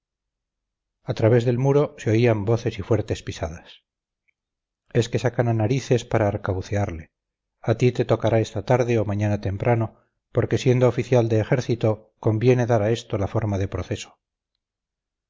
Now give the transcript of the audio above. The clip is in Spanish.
al través del muro se oían voces y fuertes pisadas es que sacan a narices para arcabucearle a ti te tocará esta tarde o mañana temprano porque siendo oficial de ejército conviene dar a esto la forma de proceso